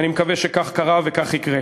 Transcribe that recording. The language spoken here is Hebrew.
ואני מקווה שכך קרה וכך יקרה.